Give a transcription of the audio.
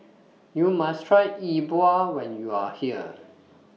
YOU must Try Yi Bua when YOU Are here